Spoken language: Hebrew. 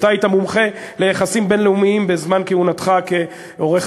אתה היית מומחה ליחסים בין-לאומיים בכהונתך כעורך